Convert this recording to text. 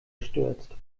gestürzt